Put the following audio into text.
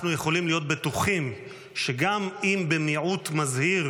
יכולים להיות בטוחים שגם אם במיעוט מזהיר,